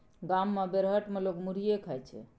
गाम मे बेरहट मे लोक मुरहीये खाइ छै